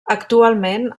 actualment